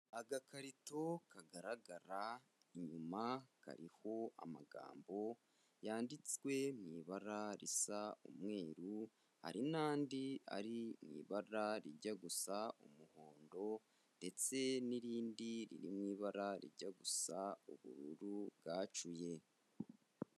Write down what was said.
Agakarito kagaragara inyuma, kariho amagambo yanditswe mu ibara risa umweru, hari n'andi ari mu ibara rijya gusa umuhondo ndetse n'irindi riri mu ibara rijya gusa ubururu bwacuye.